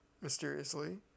mysteriously